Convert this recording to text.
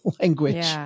language